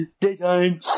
Daytime